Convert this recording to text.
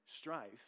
strife